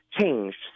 changed